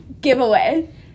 Giveaway